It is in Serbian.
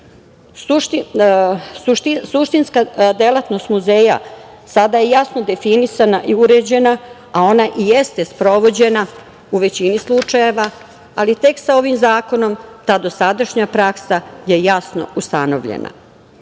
Suštinska delatnost muzeja sada je jasno definisana i uređena a ona i jeste sprovođena u većini slučajeva ali tek sa ovim zakonom dosadašnja praksa je jasno ustanovljena. Sama